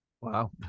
Wow